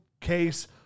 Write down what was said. case